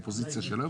אופוזיציה של היום,